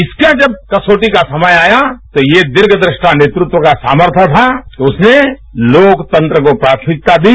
इसका जब कसौटी का समय आया तो यह दीर्घ दृष्टा नेतृत्व का सामर्थय था कि उसने लोकतंत्र को प्राथमिकता दी